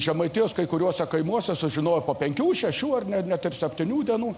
žemaitijos kai kuriuose kaimuose sužinojo po penkių šešių ar net net ir septynių dienų